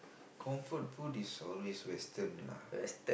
comfort food is always wasted